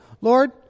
Lord